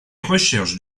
recherches